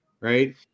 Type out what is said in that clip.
right